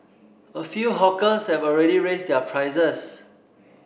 a few hawkers have already raised their prices